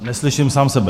Neslyším sám sebe.